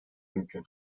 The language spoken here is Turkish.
mümkün